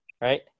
Right